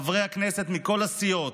לחברי הכנסת מכל הסיעות,